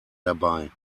dabei